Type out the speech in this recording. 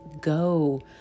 go